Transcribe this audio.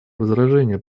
возражения